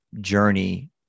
journey